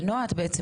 אבל נועה את בעצם